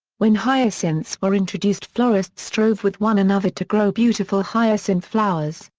when hyacinths were introduced florists strove with one another to grow beautiful hyacinth flowers,